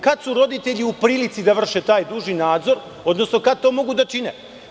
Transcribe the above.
Kada su roditelji u prilici da vrše taj dužni nadzor, odnosno kada to mogu da čine?